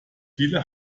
viele